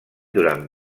durant